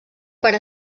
per